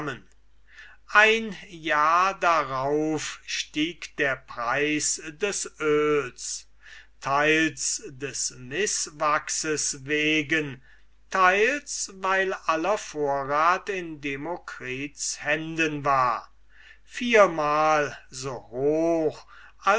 ein jahr darauf stieg der preis des öls teils des mißwachses wegen teils weil aller vorrat in demokritus händen war viermal so hoch